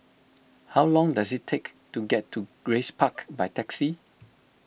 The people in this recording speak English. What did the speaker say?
how long does it take to get to Grace Park by taxi